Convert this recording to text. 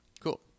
cool